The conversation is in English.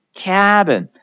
cabin